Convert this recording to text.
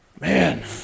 Man